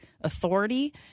authority